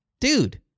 dude